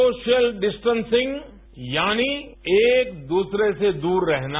social distancing यानी एक दूसरे से दूर रहना